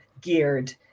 geared